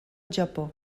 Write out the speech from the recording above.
japó